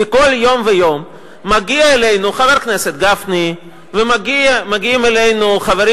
כי כל יום ויום מגיע אלינו חבר הכנסת גפני ומגיעים אלינו חברים